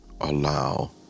allow